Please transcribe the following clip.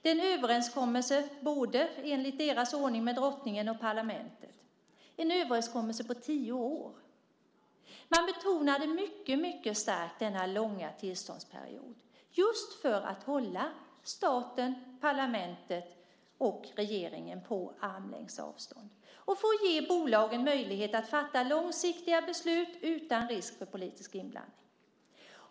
Det är en överenskommelse med, enligt deras ordning, både drottningen och parlamentet. Det är en överenskommelse på tio år. Man betonade mycket starkt denna långa tillståndsperiod just för att hålla staten, parlamentet och regeringen på en armlängds avstånd och för att ge bolagen möjlighet att fatta långsiktiga beslut utan risk för politisk inblandning.